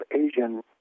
Asian